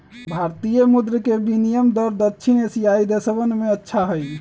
भारतीय मुद्र के विनियम दर दक्षिण एशियाई देशवन में अच्छा हई